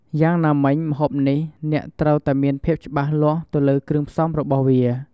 យ៉ាងណាមិញម្ហូបនេះ អ្នកត្រួវតែមានភាពច្បាស់លាស់ទៅលើគ្រឿងផ្សំរបស់វា។